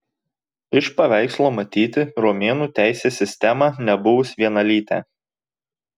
iš paveikslo matyti romėnų teisės sistemą nebuvus vienalytę